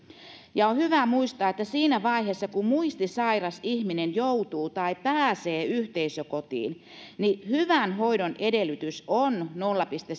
on hyvä muistaa että siinä vaiheessa kun muistisairas ihminen joutuu tai pääsee yhteisökotiin hyvän hoidon edellytys on nolla pilkku